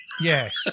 Yes